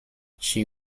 she